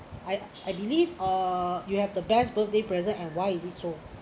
I I believe uh you have the best birthday present and why is it so